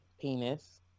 penis